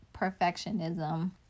perfectionism